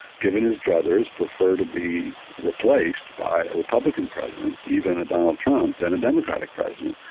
given his druthers, prefer to be replaced by a republican president, even a donald trump, than a democratic president.